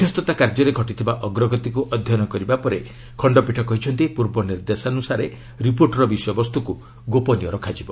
ମଧ୍ୟସ୍ଥତା କାର୍ଯ୍ୟରେ ଘଟିଥିବା ଅଗ୍ରଗତିକୁ ଅଧ୍ୟୟନ କରିବା ପରେ ଖଣ୍ଡପୀଠ କହିଛନ୍ତି ପୂର୍ବ ନିର୍ଦ୍ଦେଶାନୁସାରେ ରିପୋର୍ଟର ବିଷୟବସ୍ତୁକୁ ଗୋପନୀୟ ରଖାଯିବ